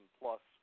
plus